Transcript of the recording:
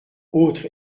autre